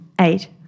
eight